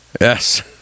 Yes